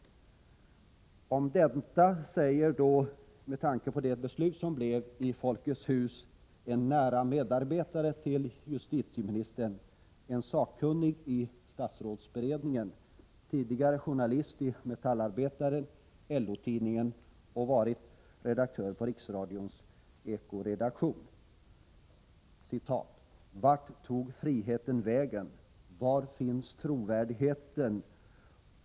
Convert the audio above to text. Med tanke på det beslut som togs i Folkets hus säger en nära medarbetare till justitieministern, sakkunnig i statsrådsberedningen, som tidigare varit journalist i Metallarbetaren och LO-tidningen och varit redaktör på riksradions ekoredaktion: ”Vart tog friheten vägen? Var finns trovärdigheten?